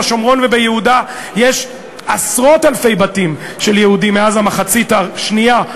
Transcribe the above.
בשומרון וביהודה יש עשרות-אלפי בתים של יהודים מאז המחצית השנייה,